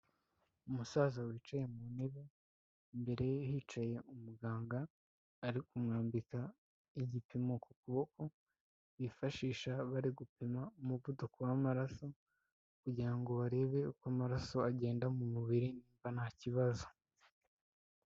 Umusaza wicaye mu ntebe, imbere ye hicaye umuganga, ari kumwambika igipimo ku kuboko bifashisha bari gupima umuvuduko w'amaraso kugira ngo barebe uko amaraso agenda mu mubiri nimba nta kibazo.